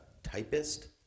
Typist